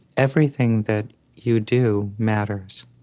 everything that you do matters.